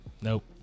nope